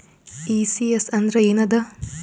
ECS ಅಂದ್ರ ಏನದ?